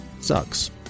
sucks